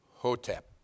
Hotep